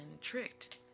tricked